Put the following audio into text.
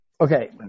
Okay